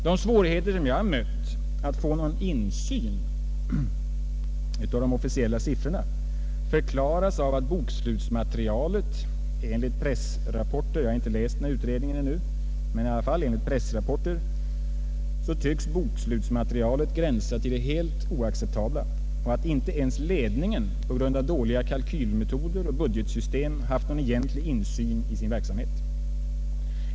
De svårigheter jag har mött att få någon insyn med hjälp av de officiella siffrorna förklaras av att bokslutsmaterialet enligt pressrapporter — jag har inte läst utredningen ännu — tycks gränsa till det helt oacceptabla och att inte ens ledningen på grund av dåliga kalkylmetoder och budgetsystem haft någon egentlig insyn i sin verksamhet.